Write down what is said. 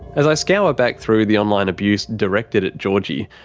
as i scour back through the online abuse directed at georgie,